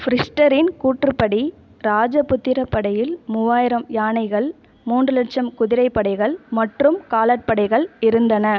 ஃபிரிஷ்டரின் கூற்றுப்படி ராஜபுத்திரப் படையில் மூவாயிரம் யானைகள் மூன்று லட்சம் குதிரைப்படைகள் மற்றும் காலாட்படைகள் இருந்தன